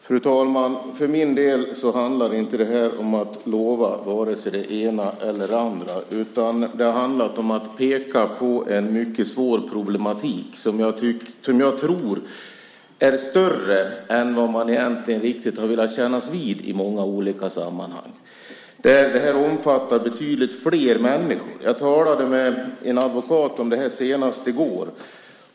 Fru talman! För min del handlar det inte om att lova vare sig det ena eller det andra. Det handlar om att peka på en mycket svår problematik som jag tror är större än vad man egentligen riktigt har velat kännas vid i många olika sammanhang. Det omfattar betydligt fler människor. Jag talade med en advokat om detta senast i går.